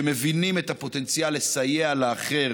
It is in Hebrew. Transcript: שמבינים את הפוטנציאל לסייע לאחר,